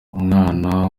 umwana